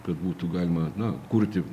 kad būtų galima na kurti